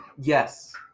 Yes